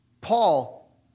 Paul